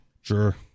Sure